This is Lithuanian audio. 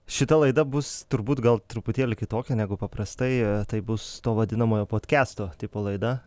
šita laida bus turbūt gal truputėlį kitokia negu paprastai tai bus to vadinamojo podkesto tipo laida